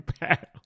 battle